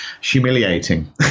humiliating